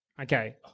Okay